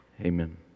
Amen